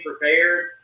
prepared